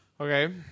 Okay